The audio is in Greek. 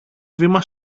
βήμα